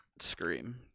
Scream